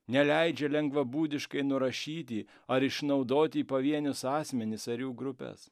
neleidžia lengvabūdiškai nurašyti ar išnaudoti pavienius asmenis ar jų grupes